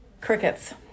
Crickets